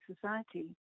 society